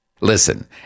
Listen